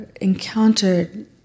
encountered